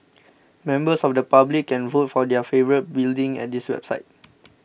members of the public can vote for their favourite building at this website